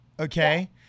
okay